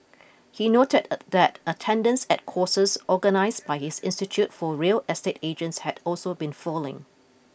he noted a that attendance at courses organised by his institute for real estate agents had also been falling